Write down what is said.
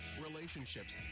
relationships